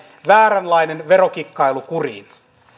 vääränlainen verokikkailu kuriin